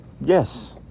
Yes